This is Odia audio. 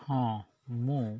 ହଁ ମୁଁ